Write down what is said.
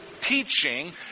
teaching